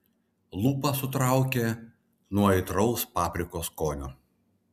lūpas sutraukė nuo aitraus paprikos skonio